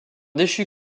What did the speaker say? déchu